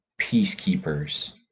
peacekeepers